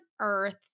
earth